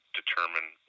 determine